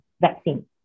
vaccine